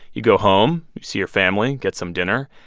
you go home, see your family, get some dinner.